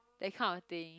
that kind of thing